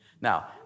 Now